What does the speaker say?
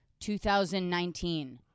2019